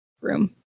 room